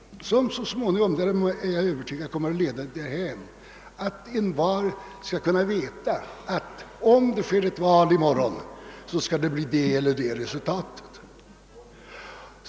Den kommer så småningom — därom är jag övertygad — att leda till att envar skall kunna veta att om det är ett val i morgon kommer det att bli det eller det resultatet.